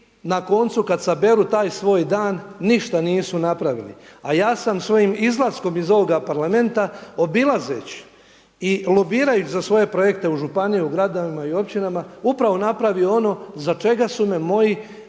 na koncu kada saberu taj svoj dan ništa nisu napravili. A ja sam svojim izlaskom iz ovoga Parlamenta obilazeći i lobirajući za svoje projekte u županiji, u gradovima i općinama upravo napravio ono za čega su me moji